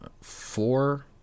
Four